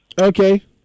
Okay